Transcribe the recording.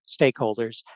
stakeholders